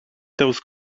those